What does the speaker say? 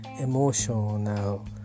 Emotional